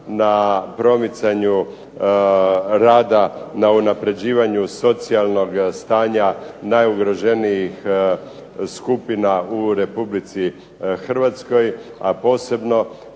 na promicanju rada na unapređivanju socijalnog stanja najugroženijih skupina u Republici Hrvatskoj, a posebno